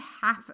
half